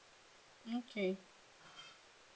okay